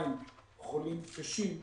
עם כ-1,200 חולים קשים,